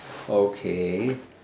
okay